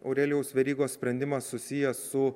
aurelijaus verygos sprendimas susijęs su